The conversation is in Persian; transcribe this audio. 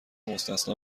مستثنی